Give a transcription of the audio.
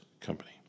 company